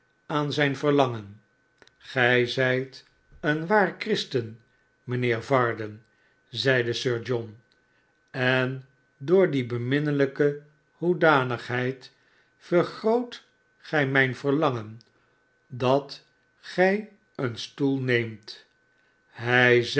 aan zijn verlangen gij zijt een waar christen mijnheer varden zeide sir john en door die beminnelijke hoedanigheid vergroot gij mijn verlangen dat gij een stoel neemt hij zeide